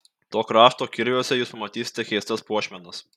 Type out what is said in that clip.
to krašto kirviuose jūs pamatysite keistas puošmenas